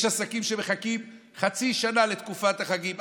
יש עסקים שמחכים חצי שנה לתקופת החגים.